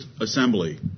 assembly